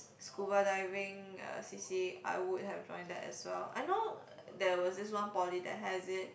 scuba diving uh C_C_A I would have joined that as well I know there was this one poly that has it